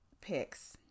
picks